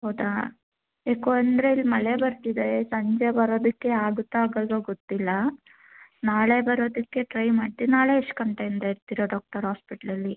ಹೌದಾ ಯಾಕೆ ಅಂದರೆ ಇಲ್ಲಿ ಮಳೆ ಬರ್ತಿದೆ ಸಂಜೆ ಬರೋದಕ್ಕೆ ಆಗುತ್ತಾ ಆಗಲ್ವೋ ಗೊತ್ತಿಲ್ಲ ನಾಳೆ ಬರೋದಕ್ಕೆ ಟ್ರೈ ಮಾಡ್ತೀನಿ ನಾಳೆ ಎಷ್ಟು ಗಂಟೆಯಿಂದ ಇರ್ತೀರಾ ಡಾಕ್ಟರ್ ಹಾಸ್ಪೆಟ್ಲಲ್ಲಿ